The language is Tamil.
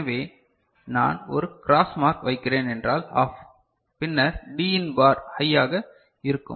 எனவே நான் ஒரு க்ராஸ் மார்க் வைக்கிறேன் என்றால் OFF பின்னர் Dஇன் பார் ஹையாக இருக்கும்